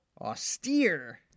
austere